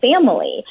family